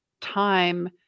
time